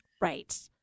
Right